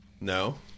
No